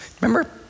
Remember